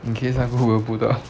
in case 她 google 不到